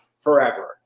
forever